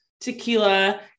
tequila